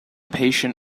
patent